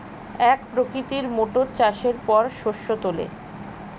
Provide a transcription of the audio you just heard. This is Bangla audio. এক প্রকৃতির মোটর চাষের পর শস্য তোলে